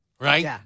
right